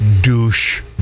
douche